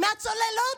הבונוסים מהצוללות?